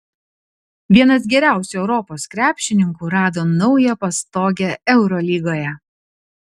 vienas geriausių europos krepšininkų rado naują pastogę eurolygoje